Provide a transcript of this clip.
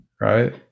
right